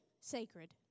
sacred